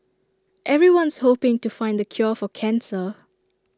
everyone's hoping to find the cure for cancer